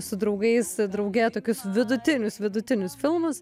su draugais drauge tokius vidutinius vidutinius filmus